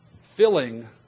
filling